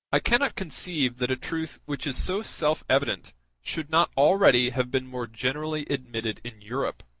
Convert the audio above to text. i cannot conceive that a truth which is so self-evident should not already have been more generally admitted in europe